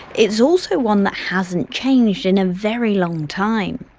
it's also one that hasn't changed in a very long time.